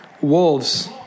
Wolves